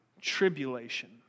tribulation